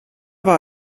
war